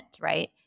right